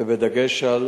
ובדגש על